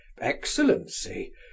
excellency